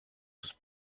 sus